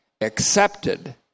accepted